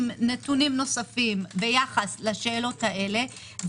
עם נתונים נוספים ביחס לשאלות האלה,